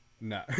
No